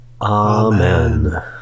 Amen